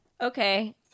Okay